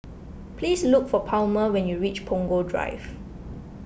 please look for Palmer when you reach Punggol Drive